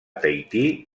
tahití